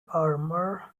armor